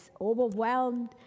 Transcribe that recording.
overwhelmed